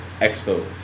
Expo